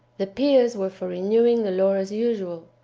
the peers were for renewing the law as usual,